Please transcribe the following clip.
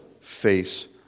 face